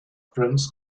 friends